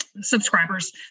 subscribers